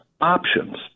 options